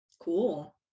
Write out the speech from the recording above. Cool